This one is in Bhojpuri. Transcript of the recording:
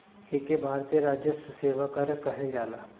एके भारतीय राजस्व सेवा कर कहल जाला